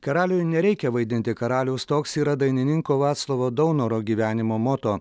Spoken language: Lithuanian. karaliui nereikia vaidinti karaliaus toks yra dainininko vaclovo daunoro gyvenimo moto